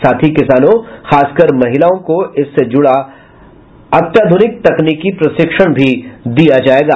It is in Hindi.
साथ ही किसानों खासकर महिलाओं को इससे जुड़ा अत्याधुनिक तकनीकी प्रशिक्षण दिया जाएगा